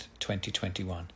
2021